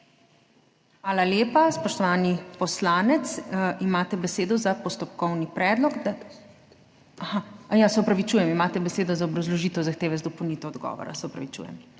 Hvala lepa. Spoštovani poslanec, imate besedo za postopkovni predlog. Se opravičujem, imate besedo za obrazložitev zahteve za dopolnitev odgovora. Se opravičujem.